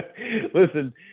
listen